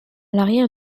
l’arrière